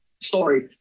story